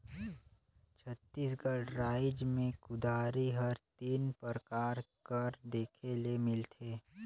छत्तीसगढ़ राएज मे कुदारी हर तीन परकार कर देखे ले मिलथे